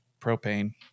propane